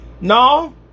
no